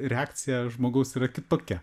reakcija žmogaus yra kitokia